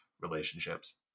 relationships